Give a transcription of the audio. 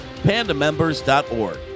Pandamembers.org